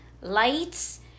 lights